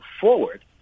forward